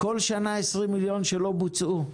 בכל שנה 20 מיליון שלא בוצעו.